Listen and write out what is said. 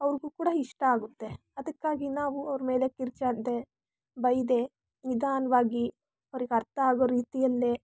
ಅವ್ರಿಗೂ ಕೂಡ ಇಷ್ಟ ಆಗುತ್ತೆ ಅದಕ್ಕಾಗಿ ನಾವು ಅವರ ಮೇಲೆ ಕಿರ್ಚಾಡ್ದೇ ಬೈಯದೆ ನಿಧಾನಾವಾಗಿ ಅವರಿಗೆ ಅರ್ಥ ಆಗೋ ರೀತಿಯಲ್ಲೇ